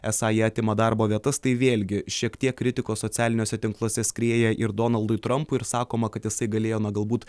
esą jie atima darbo vietas tai vėlgi šiek tiek kritikos socialiniuose tinkluose skrieja ir donaldui trampui ir sakoma kad jisai galėjo na galbūt